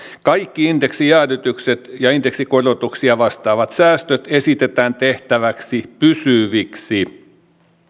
kaikki indeksijäädytykset ja indeksikorotuksia vastaavat säästöt esitetään tehtäväksi pysyviksi